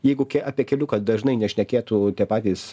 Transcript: jeigu apie keliuką dažnai nešnekėtų tie patys